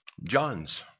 John's